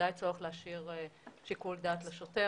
ובוודאי יש צורך להשאיר שיקול דעת לשוטר.